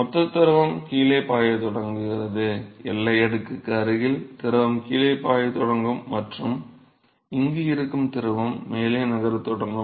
மொத்த திரவம் கீழே பாயத் தொடங்குகிறது எல்லை அடுக்குக்கு அருகில் இருக்கும் திரவம் கீழே பாயத் தொடங்கும் மற்றும் இங்கு இருக்கும் திரவம் மேலே நகரத் தொடங்கும்